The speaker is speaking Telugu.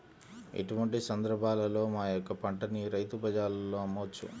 ఎటువంటి సందర్బాలలో మా యొక్క పంటని రైతు బజార్లలో అమ్మవచ్చు?